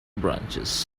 branches